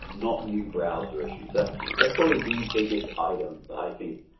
not new browser issues. that's that's probably the biggest item i think